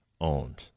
owned